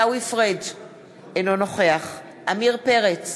אינו נוכח עמיר פרץ,